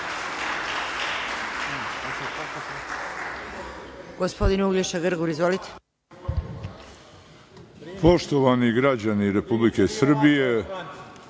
gospodin Uglješa Grgur. Izvolite.